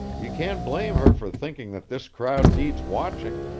you can't blame her for thinking that this crowd needs watching,